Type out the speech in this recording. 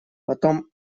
потом